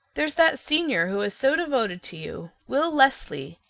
there's that senior who is so devoted to you will leslie.